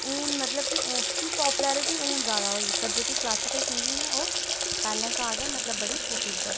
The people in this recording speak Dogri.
ओह् ते हुन मतलब कि उस दी पापुलैरिटी हुन ज्यादा होई पर जेहकी क्लासीकल सिंगिंग ऐ ओह् पैहले शा गै मतलब बड़ी प्रसिद्ध ऐ